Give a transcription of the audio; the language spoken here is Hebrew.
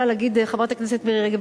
חברת הכנסת מירי רגב,